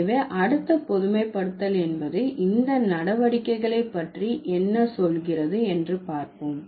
எனவே அடுத்த பொதுமைப்படுத்தல் என்பது இந்த நடவடிக்கைகளை பற்றி என்ன சொல்கிறது என்று பார்ப்போம்